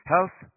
Health